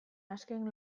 azken